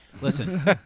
Listen